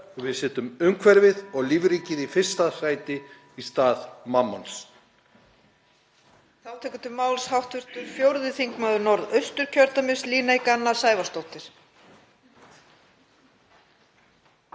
og við setjum umhverfið og lífríkið í fyrsta sæti í stað Mammons.